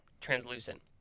translucent